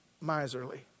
miserly